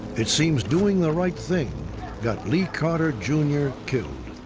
it seems doing the right thing got lee carter, jr. killed.